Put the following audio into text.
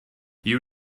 you